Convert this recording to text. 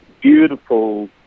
beautiful